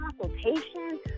consultation